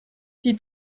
die